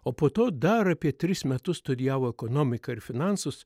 o po to dar apie tris metus studijavo ekonomiką ir finansus